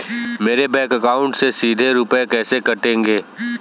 मेरे bank account से सीधे रुपए कैसे कटेंगे?